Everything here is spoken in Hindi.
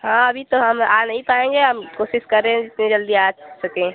हाँ अभी तो हम आ नहीं पाएँगे हम कोशिश कर रहें जितनी जल्दी आ सकें